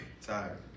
Tired